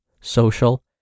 social